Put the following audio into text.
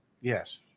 Yes